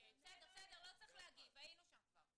בסדר, בסדר, לא צריך להגיב, היינו כבר שם.